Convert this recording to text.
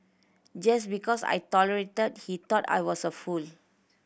just because I tolerated he thought I was a fool